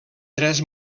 tres